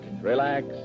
relax